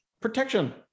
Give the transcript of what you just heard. protection